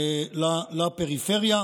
נא לסיים.